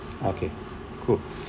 okay cool